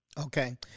Okay